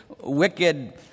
wicked